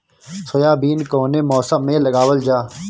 Soybean कौने मौसम में लगावल जा?